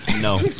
No